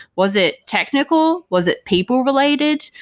was it technical? was it people related?